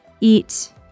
Eat